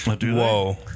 Whoa